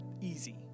easy